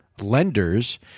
lenders